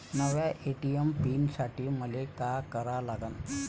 नव्या ATM pin साठी मले का करा लागन?